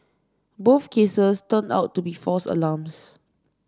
both cases turned out to be false alarms